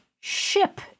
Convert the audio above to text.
ship